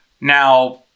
Now